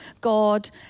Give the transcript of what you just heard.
God